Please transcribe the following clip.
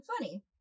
funny